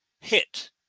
hit